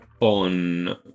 on